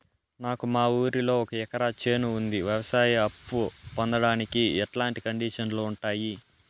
నాకు మా ఊరిలో ఒక ఎకరా చేను ఉంది, వ్యవసాయ అప్ఫు పొందడానికి ఎట్లాంటి కండిషన్లు ఉంటాయి?